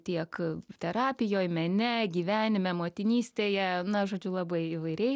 tiek terapijoj mene gyvenime motinystėje na žodžiu labai įvairiai